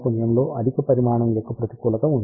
పున్యంలో అధిక పరిమాణం యొక్క ప్రతికూలత ఉంది